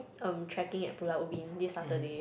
um trekking at Pulau-Ubin this Saturday